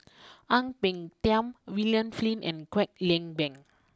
Ang Peng Tiam William Flint and Kwek Leng Beng